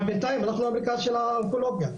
אבל בינתיים אנחנו המרכז של האונקולוגיה.